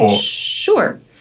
Sure